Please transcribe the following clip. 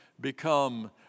become